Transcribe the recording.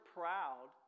proud